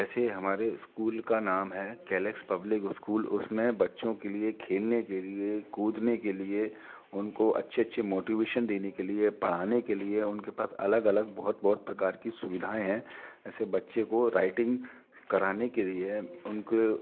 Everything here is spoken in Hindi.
ऐसे हमारे ईस्कूल का नाम है केलेक्स पब्लिक ईस्कूल उसमें बच्चों के लिए खेलने के लिए कूदने के लिए उनको अच्छे अच्छे मोटिवेशन देने के लिए पढ़ाने के लिए उनके पास अलग अलग बहुत बहुत प्रकार की सुविधाएँ हैं ऐसे बच्चों को राइटिंग कराने के लिए उनको